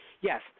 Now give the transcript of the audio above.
Yes